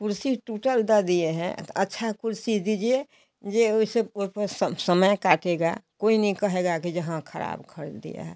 कुर्सी टूटल दे दिए हैं तो अच्छा कुर्सी दीजिए जो वैसे ओहपे समय काटेगा कोई नहीं कहेगा कि जी हाँ खराब कर दिए हैं